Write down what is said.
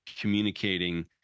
communicating